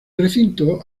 recinto